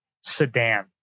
sedan